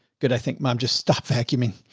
good. i think mom just stopped vacuuming.